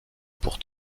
pour